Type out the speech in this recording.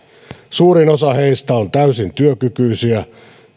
suurin osa heistä on täysin työkykyisiä